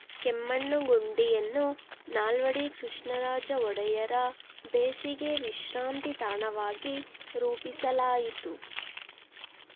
ಕೆಮ್ಮಣ್ಣುಗುಂಡಿಯನ್ನು ನಾಲ್ವಡಿ ಕೃಷ್ಣರಾಜ ಒಡೆಯರ ಬೇಸಿಗೆ ವಿಶ್ರಾಂತಿ ತಾಣವಾಗಿ ರೂಪಿಸಲಾಯಿತು